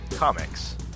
Comics